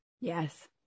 Yes